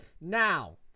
Now